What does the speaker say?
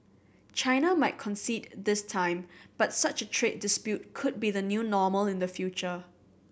China might concede this time but such a trade dispute could be the new normal in the future